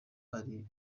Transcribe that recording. ari